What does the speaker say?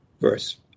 verse